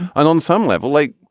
and on some level like